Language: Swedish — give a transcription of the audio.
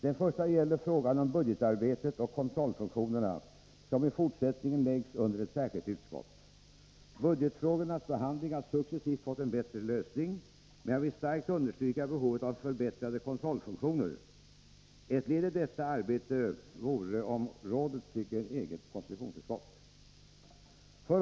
Den första gäller budgetarbetet och kontrollfunktionerna, som i fortsättningen läggs under ett särskilt utskott. Budgetfrågorna har successivt fått en bättre lösning, men jag vill starkt understryka behovet av förbättrade kontrollfunktioner. Ett led i arbetet för att åstadkomma detta vore om rådet fick ett eget konstitutionsutskott.